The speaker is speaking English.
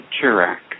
Chirac